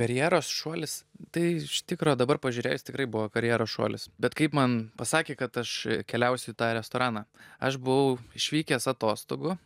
karjeros šuolis tai iš tikro dabar pažiūrėjus tikrai buvo karjeros šuolis bet kaip man pasakė kad aš keliausiu į tą restoraną aš buvau išvykęs atostogų